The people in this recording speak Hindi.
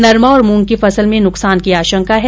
नरमा और मूंग की फसल में नुकसान की आशंका है